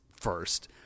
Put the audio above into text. first